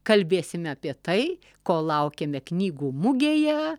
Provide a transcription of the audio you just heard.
kalbėsime apie tai ko laukiame knygų mugėje